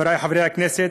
חברי חברי הכנסת,